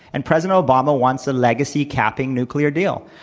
and president obama wants a legacy capping nuclear deal.